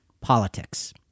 politics